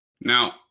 Now